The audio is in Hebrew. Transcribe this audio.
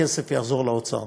הכסף יחזור לאוצר.